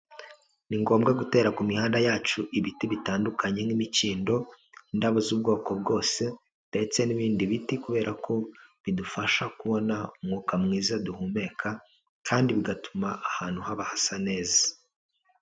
Ni ngombwa gutera ku mihanda yacu ibiti bitandukanye n'imikindo, indabo z'ubwoko bwose ndetse n'ibindi biti kubera ko bidufasha kubona umwuka mwiza duhumeka kandi bigatuma ahantu haba hasa neza.